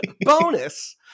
Bonus